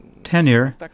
Tenure